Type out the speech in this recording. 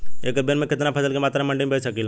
एक बेर में कितना फसल के मात्रा मंडी में बेच सकीला?